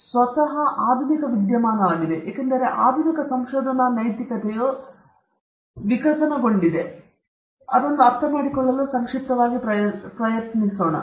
ಮತ್ತು ಈಗ ಸಂಶೋಧನೆ ಸ್ವತಃ ಆಧುನಿಕ ವಿದ್ಯಮಾನವಾಗಿದೆ ಏಕೆಂದರೆ ಆಧುನಿಕ ಸಂಶೋಧನಾ ನೈತಿಕತೆಯ ವಿಕಸನ ನಮಗೆ ಅರ್ಥಮಾಡಿಕೊಳ್ಳಲು ಬಹಳ ಸಂಕ್ಷಿಪ್ತವಾಗಿ ಪ್ರಯತ್ನಿಸೋಣ